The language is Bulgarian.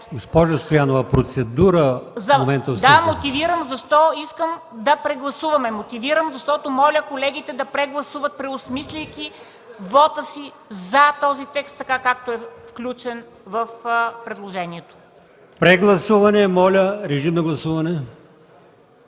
Да, мотивирам се защо искам да прегласуваме. Мотивирам се, защото моля колегите да прегласуват, преосмисляйки вота си „за” този текст, така както е включен в предложението. ПРЕДСЕДАТЕЛ АЛИОСМАН ИМАМОВ: Прегласуване.